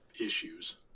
issues